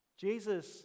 Jesus